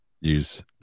use